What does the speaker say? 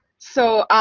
so,